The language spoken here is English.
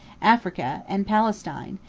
africa, and palestine,